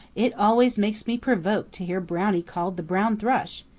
it always makes me provoked to hear brownie called the brown thrush.